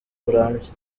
burambye